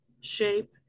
shape